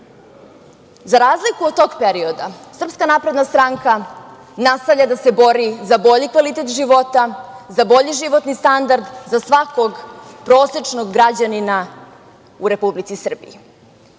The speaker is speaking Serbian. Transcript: razliku od tog perioda, SNS nastavlja da se bori za bolji kvalitet života, za bolji životni standard, za svakog prosečnog građanina u Republici Srbiji.